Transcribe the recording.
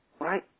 Right